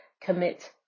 commit